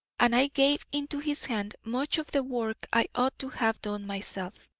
and i gave into his hand much of the work i ought to have done myself,